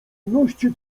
ności